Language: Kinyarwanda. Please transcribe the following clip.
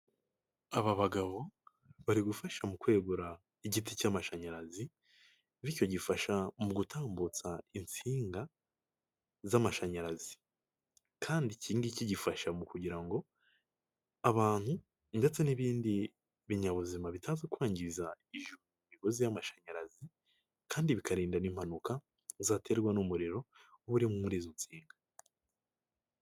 Aba bagabo bari gufasha mu kwegura igiti cy'amashanyarazi, bityo gifasha mu gutambutsa insinga z'amashanyarazi. Kandi ikingiki gifasha mu kugira ngo abantu ndetse n'ibindi binyabuzima bitaza kwangiza iyo imigozi y'amashanyarazi, kandi bikarinda impanuka zaterwa n'umuriro uba uri muri izo singa.